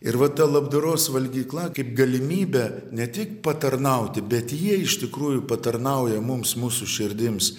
ir va ta labdaros valgykla kaip galimybė ne tik patarnauti bet jie iš tikrųjų patarnauja mums mūsų širdims